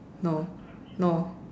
no no